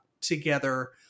together